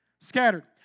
Scattered